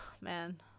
man